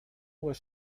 was